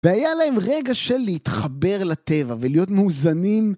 והיה להם רגע של להתחבר לטבע ולהיות מאוזנים.